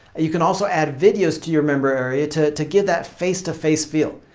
you can also add videos to your member area to to give that face-to-face feel.